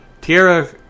Tierra